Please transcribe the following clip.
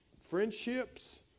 friendships